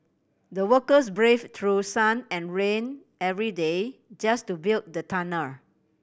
the workers brave through sun and rain every day just to build the tunnel